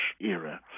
era